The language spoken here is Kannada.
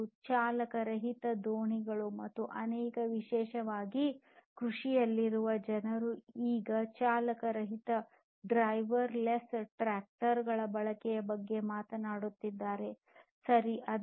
ಮತ್ತು ಚಾಲಕ ರಹಿತ ದೋಣಿಗಳು ಮತ್ತು ಅನೇಕ ವಿಶೇಷವಾಗಿ ಕೃಷಿಯಲ್ಲಿರುವ ಜನರು ಈಗ ಚಾಲಕ ರಹಿತ ಡ್ರೈವರ್ ಲೆಸ್ ಟ್ರಾಕ್ಟರ್ ಗಳು ಬಳಕೆಯ ಬಗ್ಗೆ ಮಾತನಾಡುತ್ತಿದ್ದಾರೆ ಸರಿ